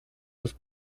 los